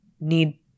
need